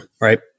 right